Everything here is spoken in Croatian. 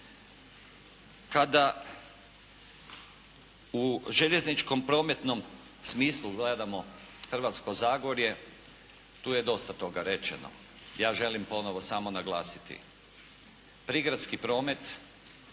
Kada u željezničkom prometnom smislu gledamo Hrvatsko zagorje tu je dosta toga rečeno. Ja želim ponovo samo naglasiti. Prigradski promet